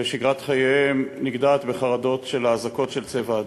ושגרת חייהם נגדעת בחרדות של האזעקות של "צבע אדום".